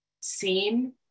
seen